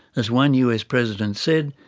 as one us president said,